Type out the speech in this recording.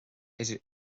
idir